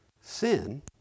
sin